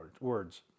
words